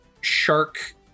shark